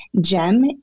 gem